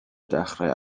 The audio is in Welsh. dechrau